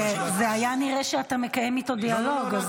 היה נראה שאתה מקיים איתו דיאלוג.